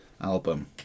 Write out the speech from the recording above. album